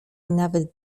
nawet